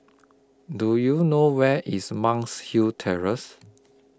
Do YOU know Where IS Monk's Hill Terrace